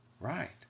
Right